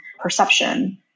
perception